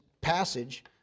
passage